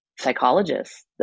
psychologists